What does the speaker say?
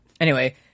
anyway-